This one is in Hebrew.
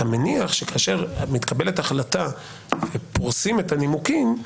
אתה מניח שכאשר מתקבלת החלטה ופורסים את הנימוקים,